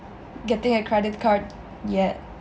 getting a credit card yet